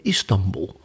Istanbul